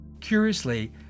Curiously